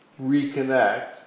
reconnect